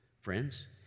Friends